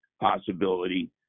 possibility